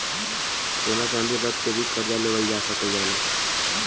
सोना चांदी रख के भी करजा लेवल जा सकल जाला